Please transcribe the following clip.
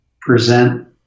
present